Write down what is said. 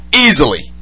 easily